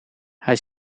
hij